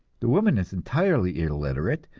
the woman is entirely illiterate,